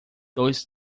dois